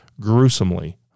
gruesomely